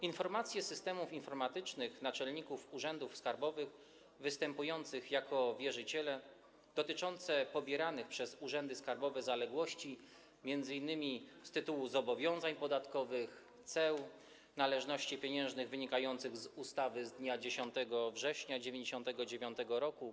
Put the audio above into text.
Informacje z systemów informatycznych naczelników urzędów skarbowych występujących jako wierzyciele dotyczące pobieranych przez urzędy skarbowe zaległości, m.in. z tytułu zobowiązań podatkowych, ceł, należności pieniężnych wynikających z ustawy z dnia 10 września 1999 r.